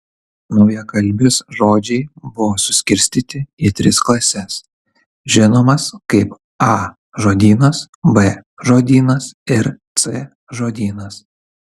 naujakalbės žodžiai buvo suskirstyti į tris klases žinomas kaip a žodynas b žodynas ir c žodynas